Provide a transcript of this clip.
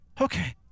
okay